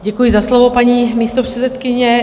Děkuji za slovo, paní místopředsedkyně.